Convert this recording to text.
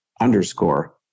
underscore